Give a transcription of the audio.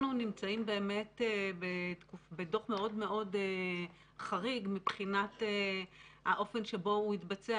אנחנו נמצאים באמת בדוח מאוד מאוד חריג מבחינת האופן שבו שהוא התבצע,